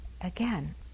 again